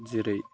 जेरै